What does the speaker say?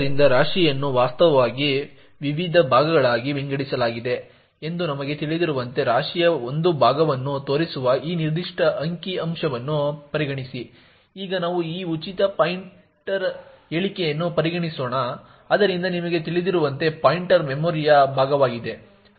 ಆದ್ದರಿಂದ ರಾಶಿಯನ್ನು ವಾಸ್ತವವಾಗಿ ವಿವಿಧ ಭಾಗಗಳಾಗಿ ವಿಂಗಡಿಸಲಾಗಿದೆ ಎಂದು ನಮಗೆ ತಿಳಿದಿರುವಂತೆ ರಾಶಿಯ ಒಂದು ಭಾಗವನ್ನು ತೋರಿಸುವ ಈ ನಿರ್ದಿಷ್ಟ ಅಂಕಿ ಅಂಶವನ್ನು ಪರಿಗಣಿಸಿ ಈಗ ನಾವು ಈ ಉಚಿತ ಪಾಯಿಂಟರ್ ಹೇಳಿಕೆಯನ್ನು ಪರಿಗಣಿಸೋಣ ಆದ್ದರಿಂದ ನಿಮಗೆ ತಿಳಿದಿರುವಂತೆ ಪಾಯಿಂಟರ್ ಮೆಮೊರಿಯ ಭಾಗವಾಗಿದೆ